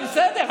בסדר,